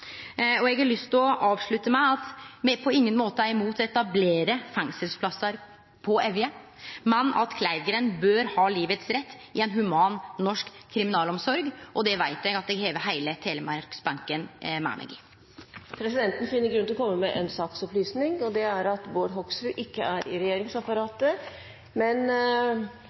Eg har lyst til å avslutte med at me på ingen måte er imot å etablere fengselsplassar på Evje, men at Kleivgrend bør ha livets rett i ein human norsk kriminalomsorg. Det veit eg at eg har heile telemarksbenken med meg i. Presidenten finner grunn til å komme med en saksopplysning. Det er at Bård Hoksrud ikke er i regjeringsapparatet, men